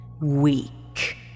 Weak